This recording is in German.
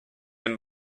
dem